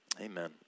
Amen